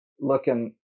looking